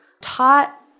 taught